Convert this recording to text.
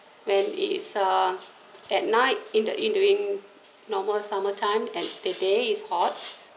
when it is uh at night in the in during normal summertime and the day is hot